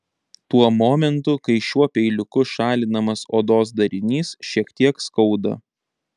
tuo momentu kai šiuo peiliuku šalinamas odos darinys šiek tiek skauda